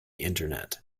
internet